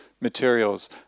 materials